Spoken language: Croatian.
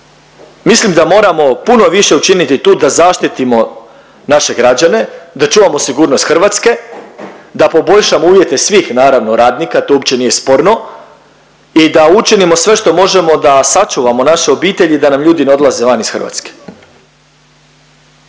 Mislim da moramo puno više učiniti tu da zaštitimo naše građane, da čuvamo sigurnost Hrvatske, da poboljšamo uvjete svih naravno radnika, to uopće nije sporno i da učinimo sve što možemo da sačuvamo naše obitelji da nam ljudi ne odlaze van iz Hrvatske.